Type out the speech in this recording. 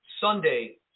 Sunday